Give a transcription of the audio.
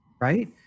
right